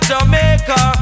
Jamaica